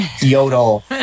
yodel